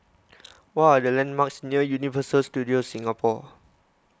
what are the landmarks near Universal Studios Singapore